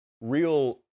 real